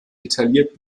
detailliert